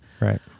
Right